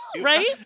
Right